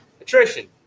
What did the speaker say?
attrition